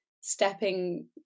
stepping